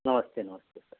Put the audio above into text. नमस्ते नमस्ते सर